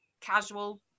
casual